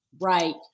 Right